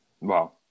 Wow